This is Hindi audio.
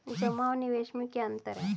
जमा और निवेश में क्या अंतर है?